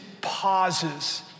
pauses